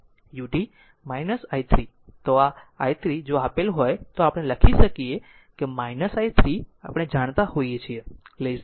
તો આ i 3જો આ આપેલ હોય તો આપણે લખીએ i 3 આપણે જાણતા હોઈએ છીએ i 3 તે હશે 0